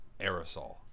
aerosol